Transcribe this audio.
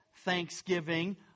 Thanksgiving